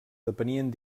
depenien